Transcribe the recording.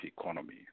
economy